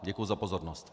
Děkuju za pozornost.